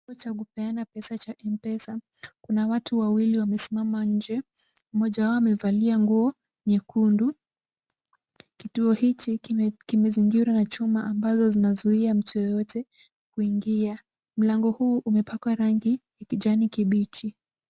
Kituo cha kupeana pesa cha M-Pesa. Kuna watu wawili wamesimama nje, mmoja wao amevalia nguo nyekundu. Kituo hiki kimezingirwa na chuma ambazo zinazuia mtu yeyote kuingia. Mlango huu umepakwa rangi ya kijani kibichi.